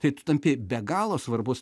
tai tu tampi be galo svarbus